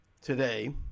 today